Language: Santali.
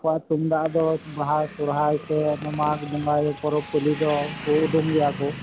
ᱟᱠᱚᱣᱟᱜ ᱛᱩᱢᱫᱟᱜ ᱫᱚ ᱵᱟᱦᱟ ᱥᱚᱦᱚᱨᱟᱭ ᱥ ᱮ ᱢᱟᱜᱽ ᱵᱚᱸᱜᱟᱭ ᱯᱚᱨᱚᱵᱽ ᱯᱟᱹᱞᱤ ᱫᱚ ᱩᱰᱩᱝ ᱜᱮᱭᱟ ᱠᱚ